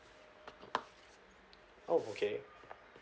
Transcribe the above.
oh okay